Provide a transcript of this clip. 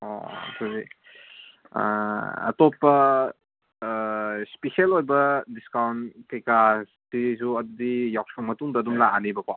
ꯑꯣ ꯍꯧꯖꯤꯛ ꯑꯇꯣꯞꯄ ꯏꯁꯄꯤꯁꯦꯜ ꯑꯣꯏꯕ ꯗꯤꯁꯀꯥꯎꯟ ꯀꯔꯤ ꯀꯔꯥꯗꯤ ꯑꯗꯨꯗꯤ ꯌꯥꯎꯁꯪ ꯃꯇꯨꯡꯗ ꯑꯗꯨꯝ ꯂꯥꯛꯑꯅꯦꯕꯀꯣ